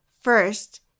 First